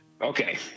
Okay